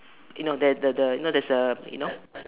you know there's the the there's the you know